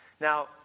Now